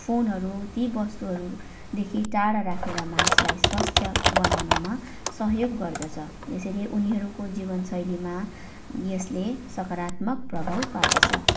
फोनहरू ति वस्तुहरू देखि टाढा राखेर मानिसलाई स्वास्थ्य बनाउनमा सहयोग गर्दछ यसरी उनीहरूको जीवनशैलीमा यसले सकारात्मक प्रभाव पार्दछ